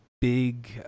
big